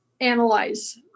analyze